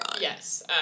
Yes